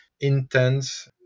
intense